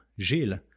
Gilles